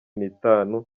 nitanu